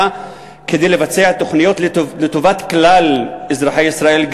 לבצע תוכניות לטובת כלל אזרחי ישראל,